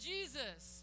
Jesus